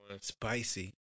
Spicy